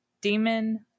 Demon